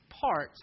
parts